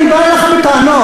אני בא אליך בטענות,